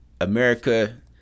America